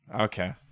Okay